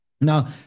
Now